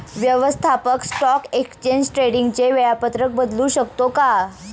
व्यवस्थापक stock exchange ट्रेडिंगचे वेळापत्रक बदलू शकतो का?